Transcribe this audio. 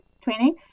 training